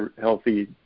healthy